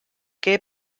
què